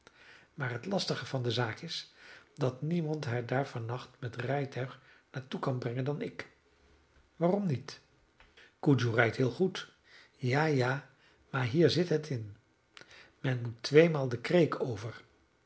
maar het lastige van de zaak is dat niemand haar daar van nacht met rijtuig naar toe kan brengen dan ik waarom niet cudjoe rijdt heel goed ja ja maar hier zit het in men moet tweemaal de kreek over